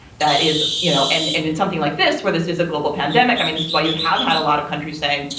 that is you know, and and when something like this, where this is a global pandemic, i mean, this is why you have had a lot of countries saying,